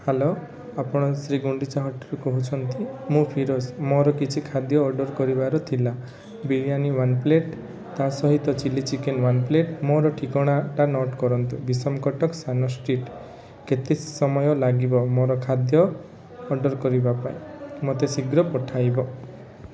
hello ଆପଣ ଶ୍ରୀଗୁଣ୍ଡିଚା ହୋଟେଲରୁ କହୁଛନ୍ତି ମୁଁ ଫିରୋଜ ମୋର କିଛି ଖାଦ୍ୟ ଅର୍ଡ଼ର କରିବାର ଥିଲା ବିରିୟାନୀ ୱାନ୍ ପ୍ଲେଟ୍ ତା'ସହିତ ଚିଲ୍ଲି ଚିକେନ ୱାନ୍ ପ୍ଲେଟ୍ ମୋର ଠିକଣାଟା ନୋଟ୍ କରନ୍ତୁ ବିଷମ କଟକ ସନାସ ଷ୍ଟ୍ରିଟ୍ କେତେ ସମୟ ଲାଗିବ ମୋର ଖାଦ୍ୟ ଅର୍ଡ଼ର କରିବା ପାଇଁ ମୋତେ ଶୀଘ୍ର ପଠାଇବ